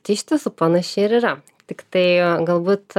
tai iš tiesų panašiai ir yra tiktai galbūt